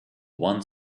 one